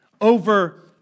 over